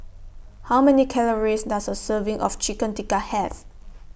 How Many Calories Does A Serving of Chicken Tikka Have